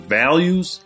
values